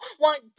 want